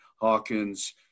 Hawkins